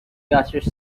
gaseous